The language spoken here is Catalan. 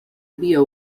via